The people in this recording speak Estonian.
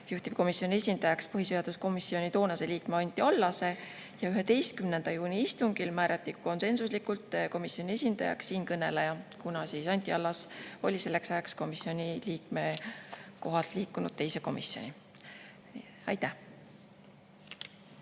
juhtivkomisjoni esindajaks põhiseaduskomisjoni toonase liikme Anti Allase. 11. juuni istungil määrati konsensuslikult komisjoni esindajaks siinkõneleja, kuna Anti Allas oli selleks ajaks komisjoni liikme kohalt liikunud teise komisjoni. Aitäh!